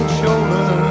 shoulder